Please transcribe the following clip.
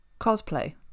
Cosplay